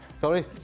Sorry